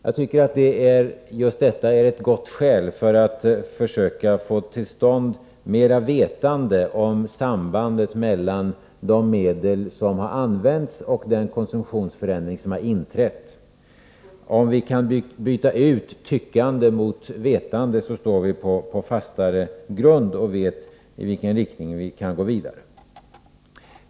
Just det tycker jag är ett gott skäl för att försöka få till stånd mera vetande om sambandet mellan de medel som har använts och den konsumtionsförändring som har inträtt. Om vi kan byta ut tyckande mot vetande står vi på fastare grund och vet i vilken riktning vi kan gå vidare.